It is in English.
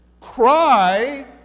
cry